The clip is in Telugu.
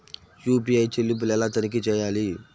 యూ.పీ.ఐ చెల్లింపులు ఎలా తనిఖీ చేయాలి?